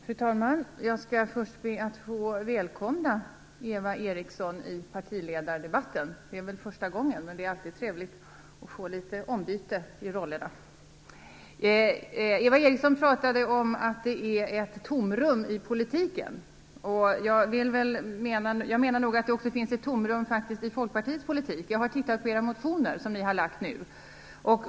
Fru talman! Jag skall först be att få välkomna Eva Eriksson i partiledardebatten. Det är väl första gången. Det är alltid trevligt att få litet ombyte i rollerna. Eva Eriksson pratade om att det är ett tomrum i politiken. Jag menar nog att det faktiskt också finns ett tomrum i Folkpartiets politik. Jag har tittat på era motioner som ni har lagt fram.